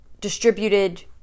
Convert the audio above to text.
distributed